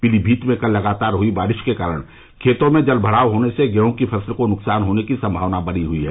पीलीमीत में कल लगातार हुई बारिश के कारण खेतों में जलभराव होने से गेहूँ की फसल को नुकसान होने की संमावना बनी हुई है